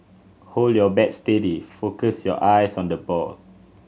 hold your bat steady focus your eyes on the ball